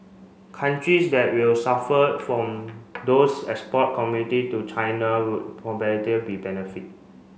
countries that will suffer from those export commodity to China would competitors will benefit